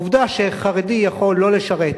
העובדה שחרדי יכול לא לשרת